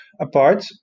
apart